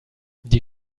die